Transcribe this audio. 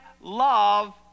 love